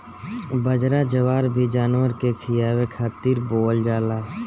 बजरा, जवार भी जानवर के खियावे खातिर बोअल जाला